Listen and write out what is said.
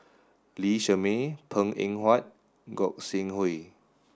Lee Shermay Png Eng Huat and Gog Sing Hooi